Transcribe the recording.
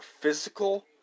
physical